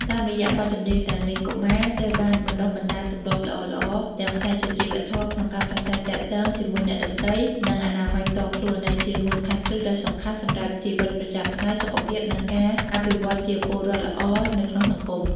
តាមរយៈបទចម្រៀងទាំងនេះ កុមារត្រូវបានបណ្ដុះបណ្ដាលទម្លាប់ល្អៗទាំងផ្នែកសុជីវធម៌ក្នុងការប្រាស្រ័យទាក់ទងជាមួយអ្នកដទៃ និងអនាម័យផ្ទាល់ខ្លួន ដែលជាមូលដ្ឋានគ្រឹះដ៏សំខាន់សម្រាប់ជីវិតប្រចាំថ្ងៃ សុខភាព និងការអភិវឌ្ឍជាពលរដ្ឋល្អនៅក្នុងសង្គម។